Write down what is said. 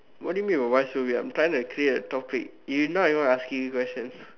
what do you mean by why so weird I'm trying to create a topic if you not even asking questions